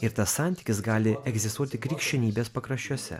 ir tas santykis gali egzistuoti krikščionybės pakraščiuose